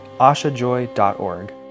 ashajoy.org